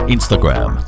Instagram